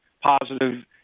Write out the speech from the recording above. positive